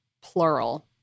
plural